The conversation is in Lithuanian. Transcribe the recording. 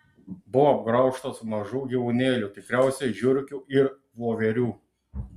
buvo apgraužtas mažų gyvūnėlių tikriausiai žiurkių ir voverių